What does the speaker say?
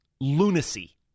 lunacy